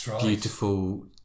beautiful